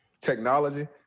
technology